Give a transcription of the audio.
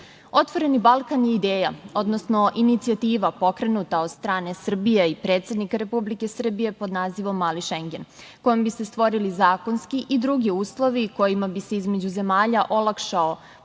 Balkan" je ideja, odnosno inicijativa pokrenuta od strane Srbije i predsednika Republike Srbije pod nazivom "Mali Šengen", kojom bi se stvorili zakonski i drugi uslovi kojima bi se između zemalja olakšao protok